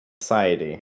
society